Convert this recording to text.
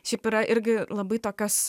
šiaip yra irgi labai tokios